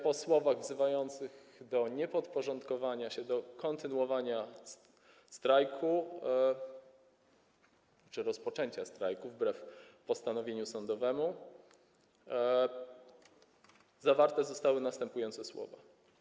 Po słowach wzywających do niepodporządkowania się, do kontynuowania strajku czy rozpoczęcia strajku wbrew postanowieniu sądowemu, zawarte zostały następujące słowa: